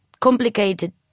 complicated